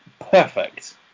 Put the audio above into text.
perfect